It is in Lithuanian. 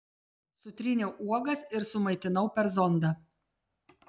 sutryniau uogas ir sumaitinau per zondą